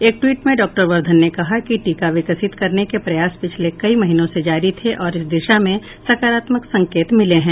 एक ट्वीट में डॉ वर्धन ने कहा कि टीका विकसित करने के प्रयास पिछले कई महीनों से जारी थे और इस दिशा में सकारात्मक संकेत मिले है